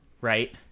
right